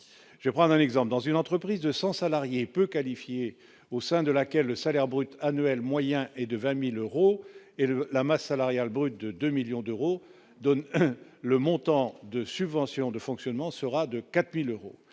je prends l'exemple dans une entreprise de 100 salariés peu qualifiés au sein de laquelle le salaire brut annuel moyen est de 20000 euros et le la masse salariale brute de 2 millions d'euros donne le montant de subventions de fonctionnement sera de 4000 euros